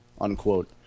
unquote